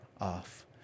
off